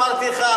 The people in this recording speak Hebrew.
אמרתי לך,